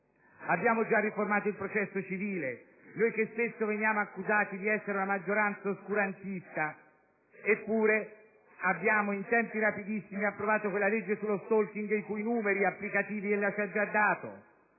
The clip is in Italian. Abbiamo già riformato il processo civile. Noi, che spesso veniamo accusati di essere una maggioranza oscurantista, in tempi rapidissimi abbiamo approvato quella legge sullo *stalking* le cui cifre applicative ella ci ha già fornito.